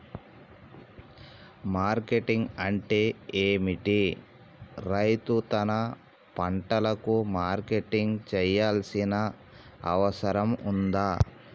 Marketing అంటే ఏమిటి? రైతు తన పంటలకు మార్కెటింగ్ చేయాల్సిన అవసరం ఉందా?